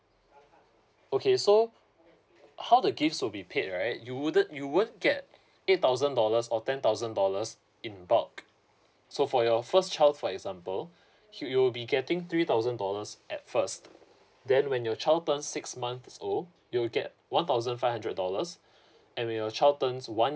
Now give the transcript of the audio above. okay so how the gift will be paid right you wouldn't you won't get eight thousand dollars or ten thousand dollars in bulk so for your first child for example you you'll be getting three thousand dollars at first then when your child turns six months old you'll get one thousand five hundred dollars and when your child turns one